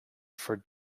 for